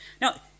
Now